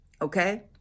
okay